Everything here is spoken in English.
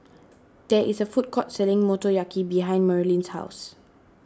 there is a food court selling Motoyaki behind Marylyn's house